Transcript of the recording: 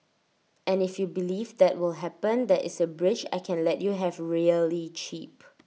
and if you believe that will happen there is A bridge I can let you have really cheap